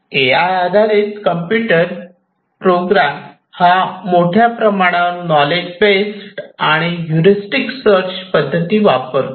ए I आधारीत computer program हा मोठ्या प्रमाणावर नॉलेज बेस्ट आणि ह्युरिस्टिक सर्च पद्धती वापरतो